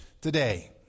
today